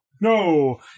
no